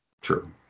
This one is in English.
True